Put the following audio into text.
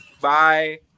Bye